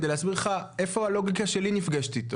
כדי להסביר לך איפה הלוגיקה שלי נפגשת איתה.